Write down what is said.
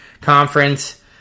conference